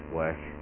work